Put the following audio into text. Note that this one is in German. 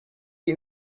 ihm